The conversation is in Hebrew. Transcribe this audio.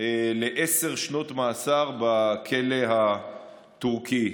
לעשר שנות מאסר בכלא הטורקי.